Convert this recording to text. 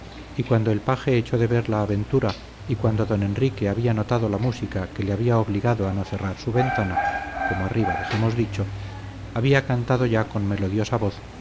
y cuando el paje echó de ver la aventura y cuando don enrique había notado la música que le había obligado a no cerrar su ventana como arriba dejamos dicho había cantado ya con melodiosa voz